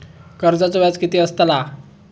कर्जाचो व्याज कीती असताला?